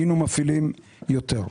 היינו מפעילים יותר.